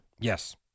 Yes